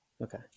Okay